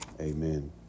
Amen